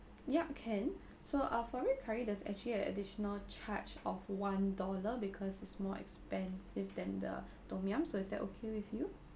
yup can so uh for red curry there's actually an additional charge of one dollar because it's more expensive than the tom yum so is that okay with you